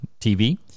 TV